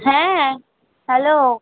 হ্যাঁ হ্যালো